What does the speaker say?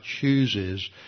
chooses